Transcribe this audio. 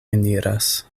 eniras